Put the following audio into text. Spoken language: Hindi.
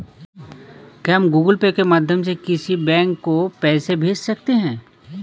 क्या हम गूगल पे के माध्यम से किसी बैंक को पैसे भेज सकते हैं?